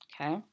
okay